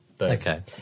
Okay